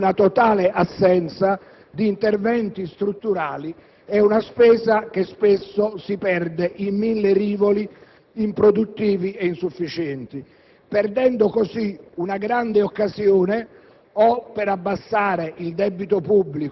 Per quanto riguarda il resto, vediamo una totale assenza di interventi strutturali e una spesa che spesso si perde in mille rivoli improduttivi e insufficienti, perdendo così una grande occasione